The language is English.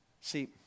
See